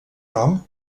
nom